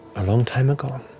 a long time ago,